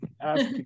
ask